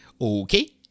Okay